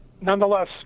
Nonetheless